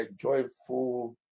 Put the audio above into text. joyful